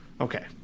Okay